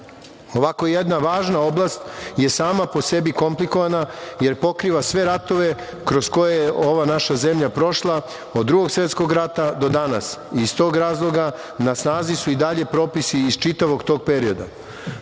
Ovako jedna važna oblast je sama po sebi komplikovana, jer pokriva sve ratove kroz koje je ova naša zemlja prošla, od Drugog svetskog rata do danas. Iz tog razloga, na snazi su i dalje propisi iz čitavog tog perioda. Dakle,